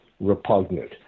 Repugnant